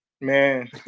Man